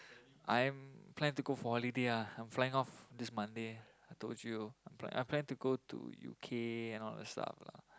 I am plan to go for holiday ah I'm flying off this Monday I told you I I plan to go to U_K and all that stuff lah